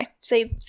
Say